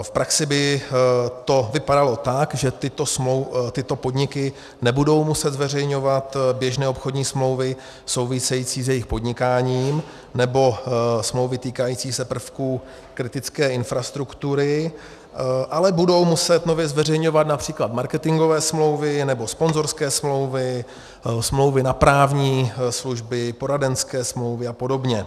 V praxi by to vypadalo tak, že tyto podniky nebudou muset zveřejňovat běžné obchodní smlouvy související s jejich podnikáním nebo smlouvy týkající se prvků kritické infrastruktury, ale budou muset nově zveřejňovat například marketingové smlouvy, nebo sponzorské smlouvy, smlouvy na právní služby, poradenské smlouvy a podobně.